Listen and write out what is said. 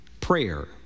prayer